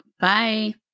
Bye